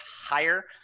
higher